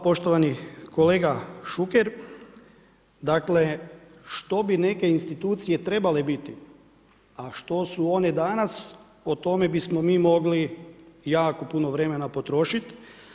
Poštovani kolega Šuker, dakle što bi neke institucije trebale biti a što su one danas o tome bismo mi mogli jako puno vremena potrošiti.